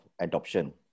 adoption